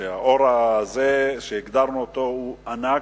האור הזה שהגדרנו אותו הוא ענק,